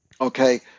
okay